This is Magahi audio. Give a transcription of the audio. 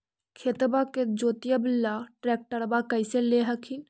खेतबा के जोतयबा ले ट्रैक्टरबा कैसे ले हखिन?